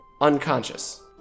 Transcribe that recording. Unconscious